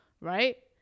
Right